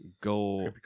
go